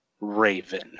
raven